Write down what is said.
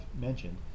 mentioned